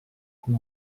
com